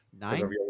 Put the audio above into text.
Nine